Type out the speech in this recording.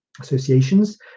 Associations